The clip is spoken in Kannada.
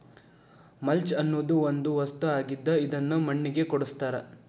ಮಲ್ಚ ಅನ್ನುದು ಒಂದ ವಸ್ತು ಆಗಿದ್ದ ಇದನ್ನು ಮಣ್ಣಿಗೆ ಕೂಡಸ್ತಾರ